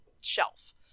shelf